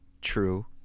True